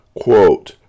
Quote